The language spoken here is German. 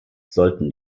sollten